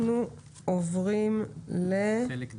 אנחנו עוברים לחלק ד',